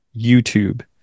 YouTube